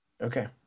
Okay